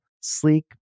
sleek